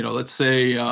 you know let's say,